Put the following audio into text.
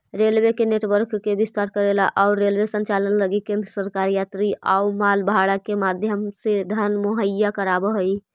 railway के network के विस्तार करेला अउ रेलवे संचालन लगी केंद्र सरकार यात्री अउ माल भाड़ा के माध्यम से धन मुहैया कराव हई